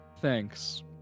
thanks